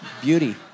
Beauty